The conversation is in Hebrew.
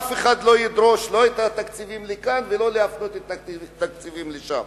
ואף אחד לא ידרוש לא את התקציבים לכאן ולא להפנות את התקציבים לשם.